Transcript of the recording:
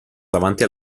davanti